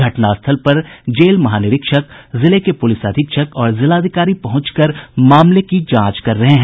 घटनास्थल पर जेल महानिरीक्षक जिले के पुलिस अधीक्षक और जिलाधिकारी पहुंचकर मामले की जांच कर रहे हैं